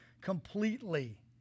completely